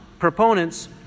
proponents